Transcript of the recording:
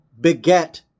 beget